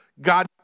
God